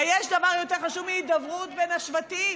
היש דבר ויתר חשוב מהידברות בין השבטים?